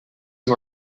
you